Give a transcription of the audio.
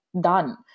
done